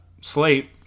slate